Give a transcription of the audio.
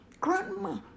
Grandma